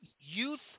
Youth